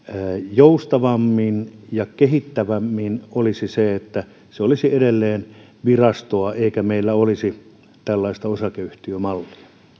joustavammin ja kehittävämmin siten että se olisi edelleen virastoa eikä meillä olisi tällaista osakeyhtiömallia